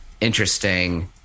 interesting